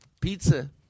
pizza